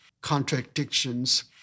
contradictions